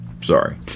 Sorry